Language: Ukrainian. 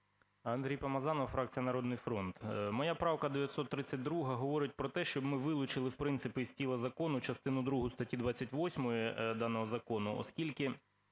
Андрій Помазанов, фракція "Народний фронт". Моя правка 932 говорить про те, щоб ми вилучили, в принципі, із тіла закону частину другу статті 28 даного закону, оскільки